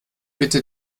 bitte